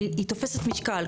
היא תוספת משקל.